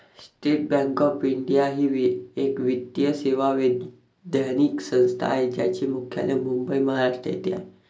state bank of India ही एक वित्तीय सेवा वैधानिक संस्था आहे ज्याचे मुख्यालय मुंबई, महाराष्ट्र येथे आहे